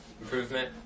improvement